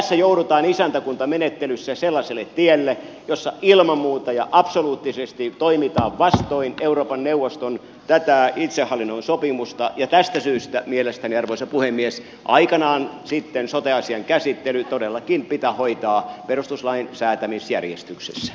tässä joudutaan isäntäkuntamenettelyssä sellaiselle tielle jossa ilman muuta ja absoluuttisesti toimitaan vastoin euroopan neuvoston tätä itsehallintosopimusta ja tästä syystä mielestäni arvoisa puhemies aikanaan sitten sote asiain käsittely todellakin pitää hoitaa perustuslain säätämisjärjestyksessä